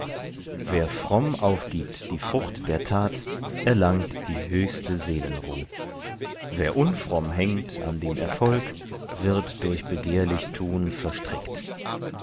wer fromm aufgibt die frucht der tat erlangt die höchste seelenruh wer unfromm hängt an dem erfolg wird durch begehrlich tun verstrickt